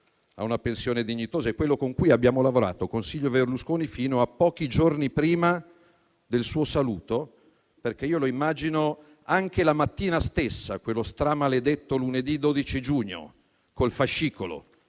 a una pensione dignitosa è quello per cui abbiamo lavorato con Silvio Berlusconi fino a pochi giorni prima del suo saluto. Io lo immagino quella stessa mattina, quello stramaledetto lunedì 12 giugno, col fascicolo